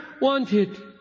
wanted